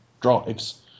drives